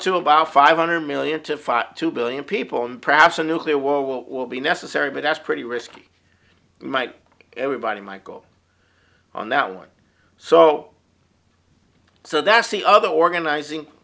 to about five hundred million to five two billion people and perhaps a nuclear war will be necessary but that's pretty risky mike everybody might go on that one so so that's the other organizing